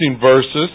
verses